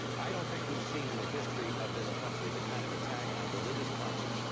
i don't think we've seen in the history of this country the kind of attack on religious conscience,